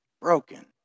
Broken